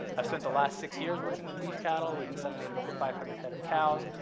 i've spent the last six years working with beef cattle. we've inseminated over five hundred head of cows.